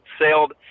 sailed